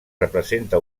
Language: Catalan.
representa